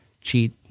cheat